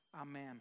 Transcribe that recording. amen